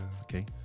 Okay